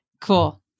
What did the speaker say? Cool